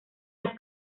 los